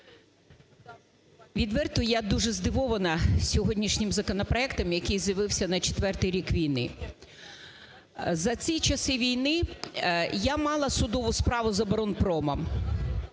Відверто, я дуже здивована сьогоднішнім законопроектом, який з'явився на четвертий рік війни. За ці часи війни я мала судову справу з оборонпромом.